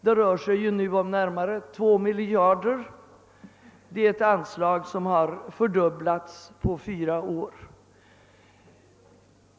Det rör sig nu om närmare 2 miljarder kronor; anslaget har fördubblats på fyra år.